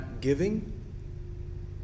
giving